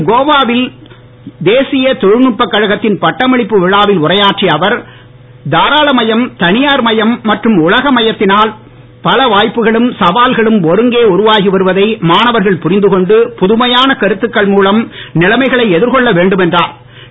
இன்று கோவா வில் தேசிய தொழில்நுட்பக் கழகத்தின் பட்டமளிப்பு விழாவில் உரையாற்றிய அவர் தாராள மயம் தனியார் மயம் மற்றும் உலக மயத்தினுல் பல வாய்ப்புக்களும் சவால்களும் ஒருங்கே உருவாகி வருவதை மாணவர்கள் புரிந்துகொண்டு புதுமையான கருத்துக்கள் மூலம் நிலைமைகளை எதிர்கொள்ள வேண்டும் என்றா்